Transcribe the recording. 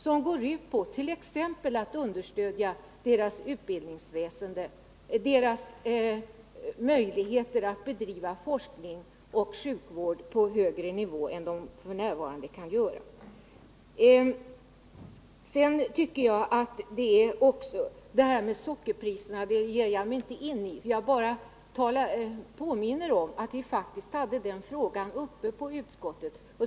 Det går bl.a. ut på att understödja landets utbildningsväsende och dess möjligheter att bedriva forskning och sjukvård på högre nivå än man f. n. kan göra. Jag skall inte ge mig in på detta med sockerpriserna. Men jag vill påminna om att den frågan faktiskt var uppe till behandling i utskottet.